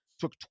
took